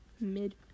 mid-